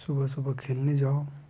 सुबह सुबह खेलने जाओ